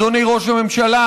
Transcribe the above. אדוני ראש הממשלה,